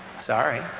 Sorry